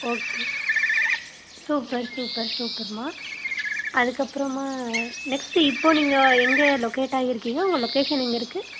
okay super super சூப்பர்ம்மா அதுக்கப்பறமாக next இப்போ நீங்கள் எங்கே லொக்கேட் ஆயிருக்கீங்க உங்கள் லொக்கேஷன் எங்கே இருக்கு